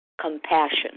compassion